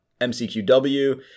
MCQW